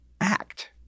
act